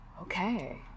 okay